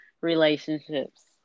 relationships